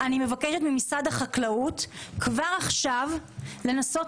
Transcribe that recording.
אני מבקשת ממשרד החקלאות כבר עכשיו לנסות